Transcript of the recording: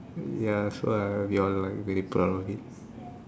ya so like we all like really proud of it